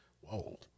Whoa